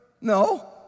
No